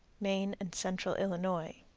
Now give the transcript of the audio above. maine and central illinois.